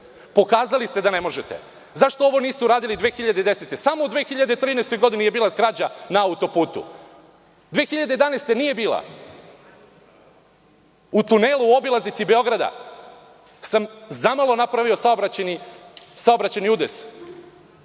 Pokazali ste da ne možete. Zašto ovo niste uradili 2010. godine? Samo u 2013. godini je bila krađa na auto-putu, 2011. godine nije bila. U tunelu, obilaznici Beograda, sam zamalo napravio saobraćajni udes.